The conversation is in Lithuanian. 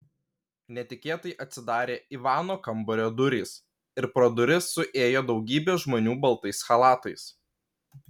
netikėtai atsidarė ivano kambario durys ir pro duris suėjo daugybė žmonių baltais chalatais